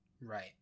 Right